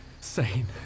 Sane